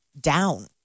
down